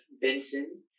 Benson